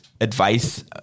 advice